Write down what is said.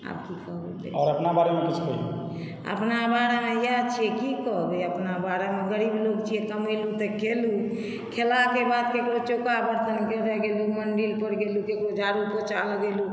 आब की कहबै आओर अपना बारेमे किछु बोलियै अपना बारेमे इएह छै की कहबै अपना बारेमे गरीब लोक छियै कमेलहुँ तऽ खेलहुँ खेलाके बाद ककरो चौका बरतन करयलेल गेलहुँ मन्दिरपर गेलहुँ ककरो झाड़ू पोछा लगेलहुँ